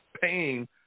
paying